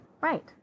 Right